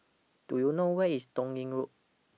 Do YOU know Where IS Toh Yi Road